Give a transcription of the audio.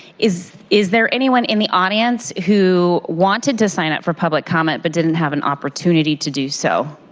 is is there anyone in the audience who wanted to sign up for public comment, but didn't have an opportunity to do so?